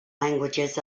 languages